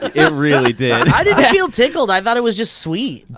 it really did. i didn't feel tickled, i thought it was just sweet.